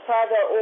Father